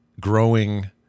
growing